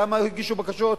כמה הגישו בקשות,